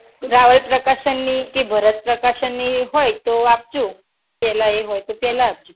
રાવલ પ્રકાશનની કે ભરત પ્રકાશનની હોય તો આપજો પહેલા એ હોય તો પહેલા આપજો